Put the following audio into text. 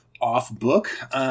off-book